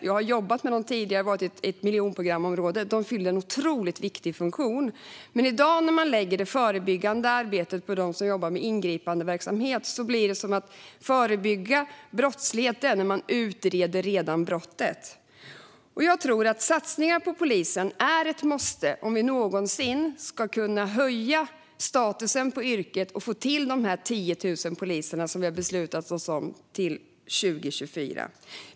Jag har jobbat med dem tidigare och varit i ett miljonprogramsområde, och de fyller en otroligt viktig funktion. Men i dag när man lägger det förebyggande arbetet på dem som jobbar med ingripandeverksamhet blir det som att förebyggande av brottslighet är att utreda redan begångna brott. Jag tror att satsningar på polisen är ett måste om vi någonsin ska kunna höja statusen på yrket och få till de 10 000 poliser som vi har beslutat om till 2024.